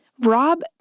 Rob